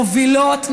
מובילות,